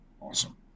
awesome